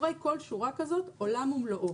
מאחורי כל שורה כזאת עולם ומלואו.